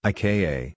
Ika